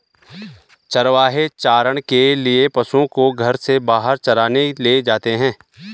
चरवाहे चारण के लिए पशुओं को घर से बाहर चराने ले जाते हैं